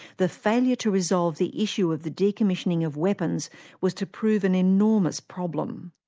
the failure to resolve the issue of the decommissioning of weapons was to prove an enormous problem.